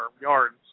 yards